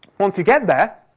once you get there,